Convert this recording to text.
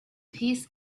peace